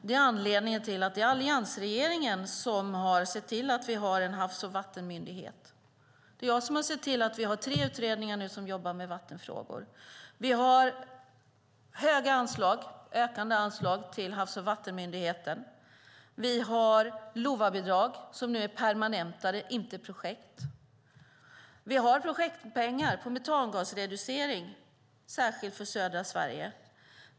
Det är anledningen till att alliansregeringen har sett till att vi har fått Havs och vattenmyndigheten. Jag har sett till att vi har tre utredningar som jobbar med vattenfrågor. Vi har höga anslag, ökande anslag, till Havs och vattenmyndigheten. Vi har LOVA-bidrag, som nu är permanentade, inte projektpengar. Vi har projektpengar för metangasreducering, särskilt för södra Sverige.